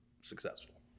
successful